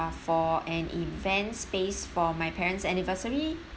for an event space for my parents' anniversary